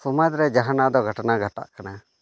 ᱥᱚᱢᱟᱡᱽ ᱨᱮ ᱡᱟᱦᱟᱱᱟᱜ ᱫᱚ ᱜᱷᱚᱴᱚᱱᱟ ᱜᱷᱚᱴᱟᱜ ᱠᱟᱱᱟ